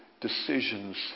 decisions